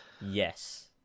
Yes